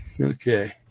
Okay